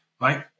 right